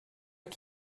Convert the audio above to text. qui